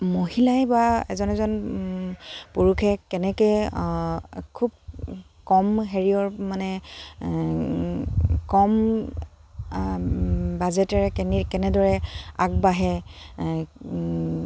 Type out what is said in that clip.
মহিলাই বা এজন এজন পুৰুষে কেনেকৈ খুব কম হেৰিয়ৰ মানে কম বাজেটেৰে কেনে কেনেদৰে আগবাঢ়ে